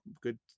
good